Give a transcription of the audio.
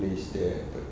place there but